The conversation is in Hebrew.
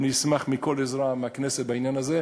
אשמח על כל עזרה מהכנסת בעניין הזה,